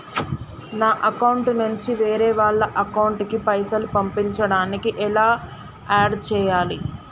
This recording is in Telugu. నా అకౌంట్ నుంచి వేరే వాళ్ల అకౌంట్ కి పైసలు పంపించడానికి ఎలా ఆడ్ చేయాలి?